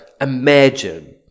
imagine